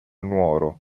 nuoro